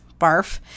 barf